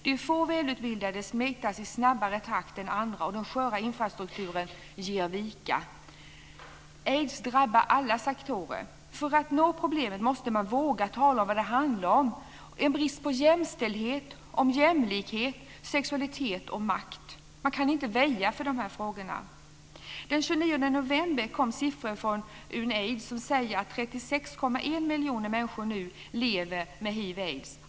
De få välutbildade smittas i snabbare takt än andra, och den sköra infrastrukturen ger vika. Aids drabbar alla sektorer. För att nå problemet måste man våga tala om att det handlar om brist på jämställdhet och jämlikhet, om sexualitet och makt. Man kan inte väja för dessa frågor. Den 20 november kom siffror från UNAIDS som säger att 36,1 miljoner människor i dag lever med hiv/aids.